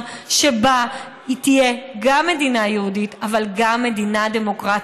שתהיה גם מדינה יהודית אבל גם מדינה דמוקרטית,